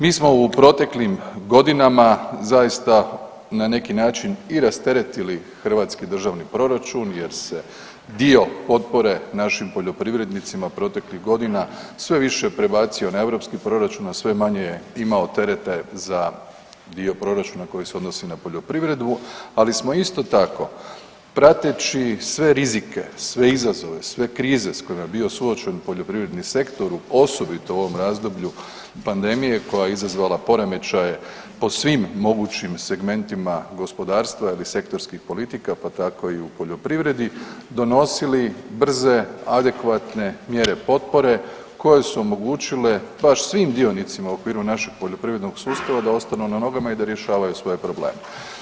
Mi smo u proteklim godinama zaista na neki način i rasteretili hrvatski državni proračun jer se dio potpore našim poljoprivrednicima proteklih godina sve više prebacio na europski proračun, a sve manje imao terete za dio proračuna koji se odnosi na poljoprivredu, ali smo, isto tako, prateći sve rizike, sve izazove, sve krize s kojima je bio suočen poljoprivredni sektor, osobito u ovom razdoblju pandemije koja je izazvala poremećaje po svim mogućim segmentima gospodarstva ili sektorskih politika, pa tako i u poljoprivredi, donosili brze, adekvatne mjere potpore koje su omogućile baš svim dionicima u okviru našeg poljoprivrednog sustava da ostanu na nogama i da rješavaju svoje probleme.